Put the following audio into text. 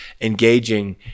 engaging